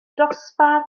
dosbarth